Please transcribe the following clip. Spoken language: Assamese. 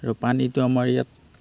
আৰু পানীটো আমাৰ ইয়াত